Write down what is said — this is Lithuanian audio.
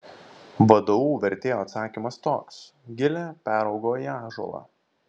vdu vertėjo atsakymas toks gilė peraugo į ąžuolą